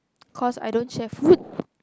cause I don't share food